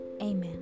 Amen